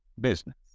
business